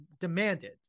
demanded